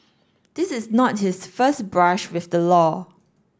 this is not his first brush with the law